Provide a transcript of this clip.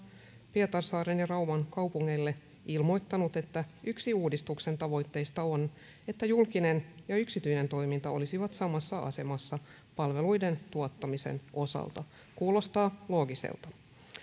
pietarsaaren ja rauman kaupungeille ilmoittanut että yksi uudistuksen tavoitteista on että julkinen ja yksityinen toiminta olisivat samassa asemassa palveluiden tuottamisen osalta kuulostaa loogiselta